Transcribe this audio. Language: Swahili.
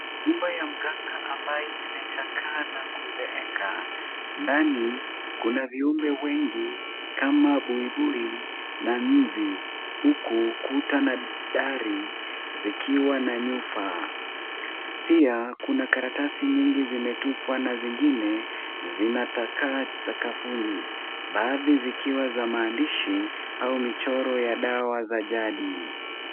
Nyumba ya mganga ambayo imechakaa na kuzeeka, ndani kuna viumbe wengi kama buibui na nzi huku kuta na dari zikiwa na nyufa. Pia kuna karatasi nyingi zimetupwa na zingine zinatapakaa sakafuni. Baadhi zikiwa za maandishi au michoro ya dawa za jadi.